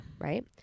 right